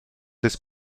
des